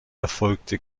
erfolgte